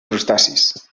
crustacis